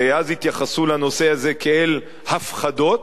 ואז התייחסו לנושא הזה כאל הפחדות,